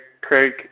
craig